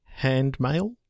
Handmail